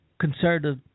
conservative